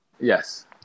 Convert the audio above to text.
Yes